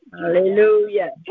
Hallelujah